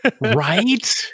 Right